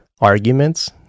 arguments